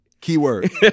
keyword